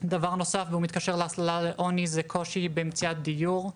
דבר נוסף והוא מתקשר להסללה לעוני וזה הקושי במציאת הדיור,